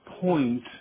point